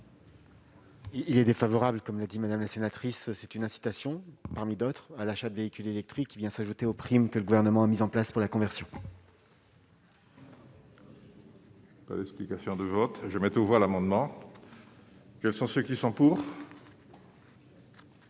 Il est défavorable, comme l'a dit Madame la sénatrice, c'est une incitation, parmi d'autres à l'achat de véhicules électriques qui vient s'ajouter aux primes que le gouvernement a mis en place pour la conversion. Explications de vote je met aux voix l'amendement, quels sont ceux qui sont pour.